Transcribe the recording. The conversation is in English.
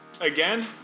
again